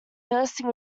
bursting